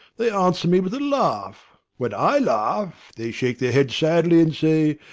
they answer me with a laugh. when i laugh, they shake their heads sadly and say,